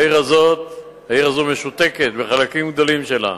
העיר הזאת משותקת בחלקים גדולים שלה.